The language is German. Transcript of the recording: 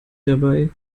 dabei